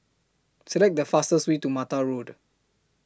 Select The fastest Way to Mattar Road